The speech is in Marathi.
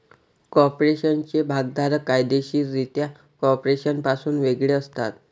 कॉर्पोरेशनचे भागधारक कायदेशीररित्या कॉर्पोरेशनपासून वेगळे असतात